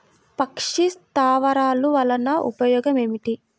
పక్షి స్థావరాలు వలన ఉపయోగం ఏమిటి?